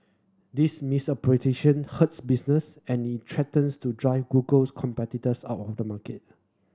this business and it threatens to drive Google's competitors out of the market